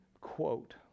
quote